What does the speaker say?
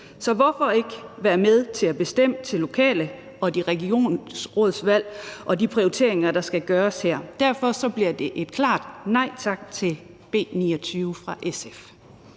Så hvorfor ikke være med til at bestemme ved de lokale valg og de regionsrådsvalg i forhold til de prioriteringer, der skal gøres her? Derfor bliver det et klart nej tak til B 29 fra SF's